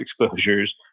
exposures